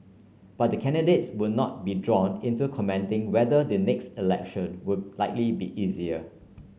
but the candidates would not be drawn into commenting whether the next election would likely be easier